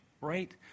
right